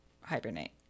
hibernate